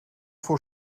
voor